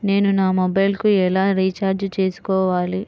నేను నా మొబైల్కు ఎలా రీఛార్జ్ చేసుకోవాలి?